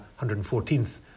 114th